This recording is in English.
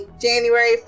January